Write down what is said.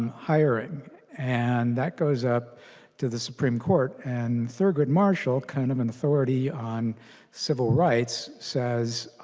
hiring and that goes up to the supreme court and thurgood marshall kind of an authority on civil rights says